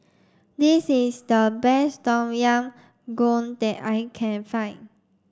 this is the best Tom Yam Goong that I can find